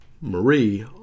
marie